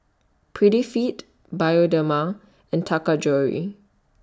Prettyfit Bioderma and Taka Jewelry